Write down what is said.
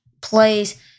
plays